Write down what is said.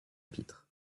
pitre